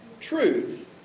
truth